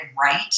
right